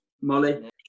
Molly